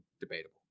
debatable